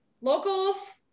Locals